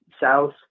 South